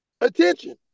attention